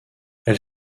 elle